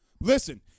Listen